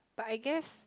but I guess